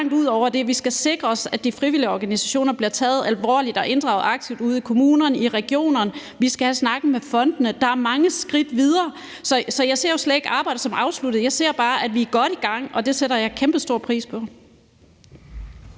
Vi skal sikre os, at de frivillige organisationer bliver taget alvorligt og inddraget aktivt ude i kommunerne og i regionerne, og vi skal have snakken med fondene. Der er mange skridt videre. Så jeg ser jo slet ikke arbejdet som afsluttet; jeg ser bare, at vi er godt i gang, og det sætter jeg kæmpestor pris på.